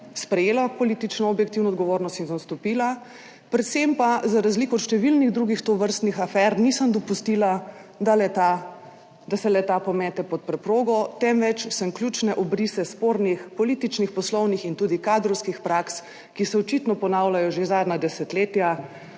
sprejela politično objektivno odgovornost in odstopila. Predvsem pa za razliko od številnih drugih tovrstnih afer nisem dopustila, da se le-ta pomete pod preprogo, temveč sem ključne obrise spornih političnih, poslovnih in tudi kadrovskih praks, ki se očitno ponavljajo že zadnja desetletja,